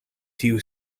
tiu